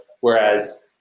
whereas